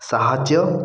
ସାହାଯ୍ୟ